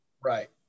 Right